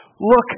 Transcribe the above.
look